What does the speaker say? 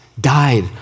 died